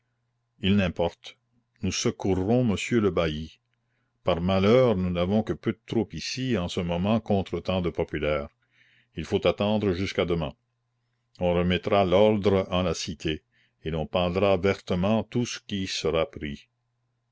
il n'importe nous secourrons monsieur le bailli par malheur nous n'avons que peu de troupe ici en ce moment contre tant de populaire il faut attendre jusqu'à demain on remettra l'ordre en la cité et l'on pendra vertement tout ce qui sera pris